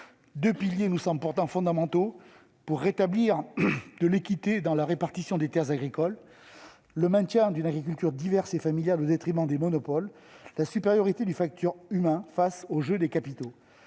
Deux piliers nous semblent pourtant fondamentaux pour rétablir de l'équité dans la répartition des terres agricoles : le maintien d'une agriculture diverse et familiale au détriment des monopoles et la supériorité du facteur humain face au jeu des capitaux.